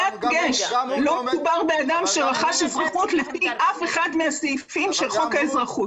לא מדובר בבן אדם שרכש אזרחות לפי אף אחד מהסעיפים של חוק האזרחות.